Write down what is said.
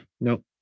Nope